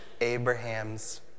Abraham's